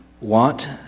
want